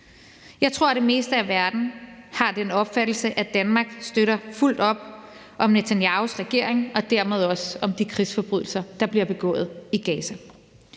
Jeg tror, at det meste af verden har den opfattelse, at Danmark støtter fuldt op om Netanyahus regering og dermed også om de krigsforbrydelser, der bliver begået i Gaza.